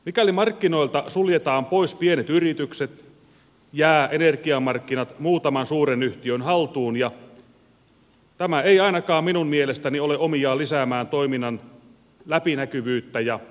mikäli markkinoilta suljetaan pois pienet yritykset jäävät energiamarkkinat muutaman suuren yhtiön haltuun ja tämä ei ainakaan minun mielestäni ole omiaan lisäämään toiminnan läpinäkyvyyttä ja kilpailua